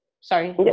sorry